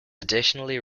additionally